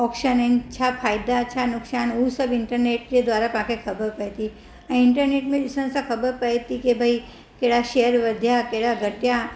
option आहिनि छा फ़ाइदा छा नुक़सानु उह् सभु इंटरनेट जे द्वारा तव्हांखे खबर पए ऐं इंटर्नेट में ॾिसण सां खबर पए थी की भाई कहिड़ा शेअर वधिया कहिड़ा घटिया